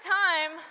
time